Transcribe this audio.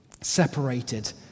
separated